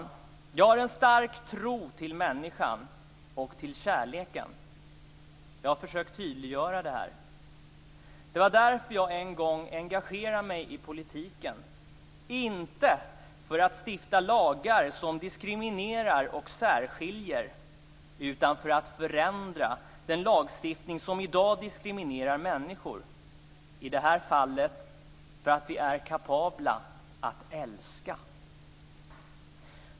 Jag har en stark tro på människan och på kärleken. Jag har här försökt att tydliggöra det. Det var därför jag en gång engagerade mig i politiken. Det var inte för att stifta lagar som diskriminmerar och särskiljer, utan för att förändra den lagstiftning som i dag diskriminerar människor, i det här fallet för att vi är kapabla att älska.